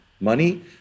money